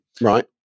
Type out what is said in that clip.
Right